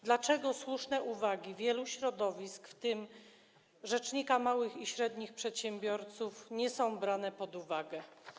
Dlaczego słuszne uwagi wielu środowisk, w tym rzecznika małych i średnich przedsiębiorców, nie są brane pod uwagę?